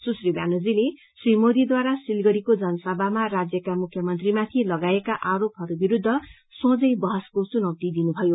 सुश्री ब्यानर्जीले श्री मोदीढारा सिलगढ़ीको जनसभामा राज्यका मुख्यमन्त्रीमाथि लगाइएका आरोपहरू विरूद्ध सोझै बहसको चुनौती दिनुभयो